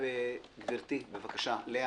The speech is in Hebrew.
גברתי, בבקשה, לאה.